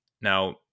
now